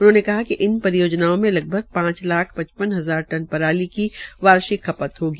उन्होंने कहा कि इन परियोजनाओं में लगभग पांच लाख पचपन हजार टन पराली का वार्षिक खपत होगी